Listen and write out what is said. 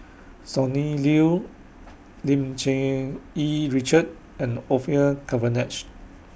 Sonny Liew Lim Cherng Yih Richard and Orfeur Cavenagh